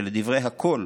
שלדברי הכול,